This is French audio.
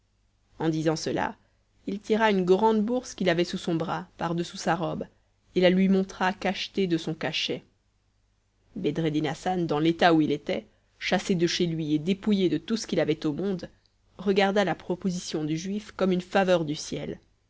en disant cela il tira une grande bourse qu'il avait sous son bras par-dessous sa robe et la lui montra cachetée de son cachet bedreddin hassan dans l'état où il était chassé de chez lui et dépouillé de tout ce qu'il avait au monde regarda la proposition du juif comme une faveur du ciel